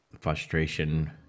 frustration